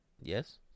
Yes